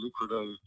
lucrative